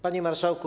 Panie Marszałku!